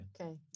Okay